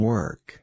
Work